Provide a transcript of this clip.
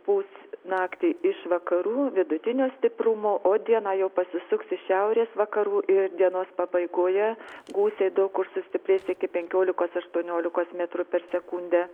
pūs naktį iš vakarų vidutinio stiprumo o dieną jau pasisuks iš šiaurės vakarų ir dienos pabaigoje gūsiai daug kur sustiprės iki penkiolikos aštuoniolikos metrų per sekundę